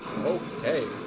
Okay